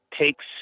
takes